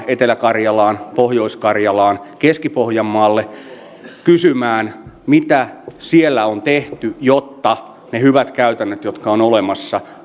etelä karjalaan pohjois karjalaan keski pohjanmaalle kysymään mitä siellä on tehty jotta ne hyvät käytännöt jotka ovat olemassa